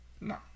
No